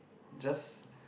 just